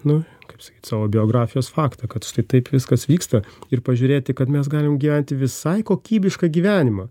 nu kaip sakyt savo biografijos faktą kad štai taip viskas vyksta ir pažiūrėti kad mes galim gyventi visai kokybišką gyvenimą